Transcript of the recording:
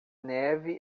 neve